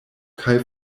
kaj